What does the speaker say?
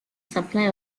supply